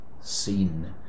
seen